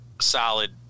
solid